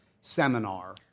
seminar